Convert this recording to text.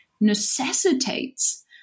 necessitates